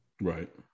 Right